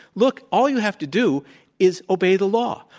look, all you have to do is obey the law.